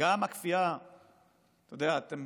אתה יודע, אתם